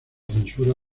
censura